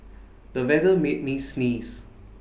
the weather made me sneeze